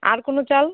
আর কোনো চাল